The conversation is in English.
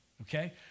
okay